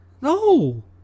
No